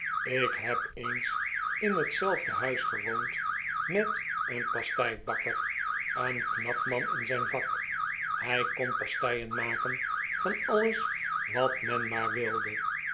ik heb eens in hetzelfde huis gewoond met een pasteibakker een knap man in zijn vak hij kon pasteien maken van alles wat men maar wilde